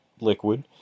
liquid